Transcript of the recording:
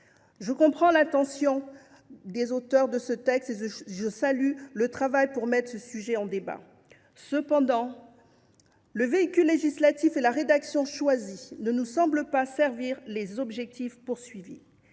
Je comprends l’intention des auteurs de ce texte et salue leur travail pour soumettre ce sujet au débat. Cependant, le véhicule législatif et la rédaction choisis ne nous semblent pas servir leurs objectifs.